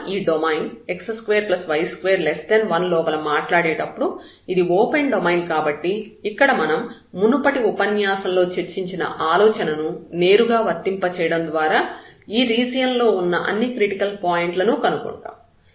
మనం ఈ domain x2y21 లోపల మాట్లాడేటప్పుడు ఇది ఓపెన్ డొమైన్ కాబట్టి ఇక్కడ మనం మునుపటి ఉపన్యాసంలో చర్చించిన ఆలోచనను నేరుగా వర్తింపచేయడం ద్వారా ఈ రీజియన్లో ఉన్న క్రిటికల్ పాయింట్లను కనుగొంటాము